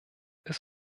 ist